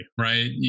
right